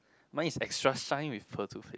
mine is extra shine with pearl toothpaste